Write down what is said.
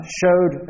showed